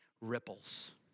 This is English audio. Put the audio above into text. ripples